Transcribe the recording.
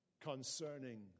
concerning